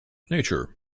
nature